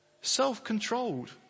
self-controlled